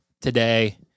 today